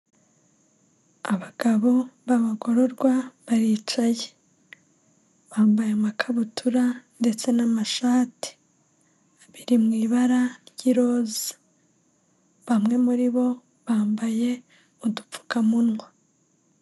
Abagabo b'abagororwa baricaye, bambaye amakabutura ndetse n'amashati biri mu ibara ry'iroza, bamwe muri bo bambaye udupfukamunwa.